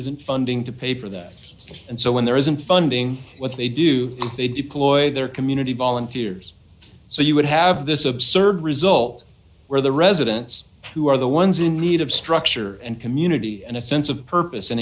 isn't funding to pay for that and so when there isn't funding what they do is they deploy their community volunteers so you would have this absurd result where the residents who are the ones in need of structure and community and a sense of purpose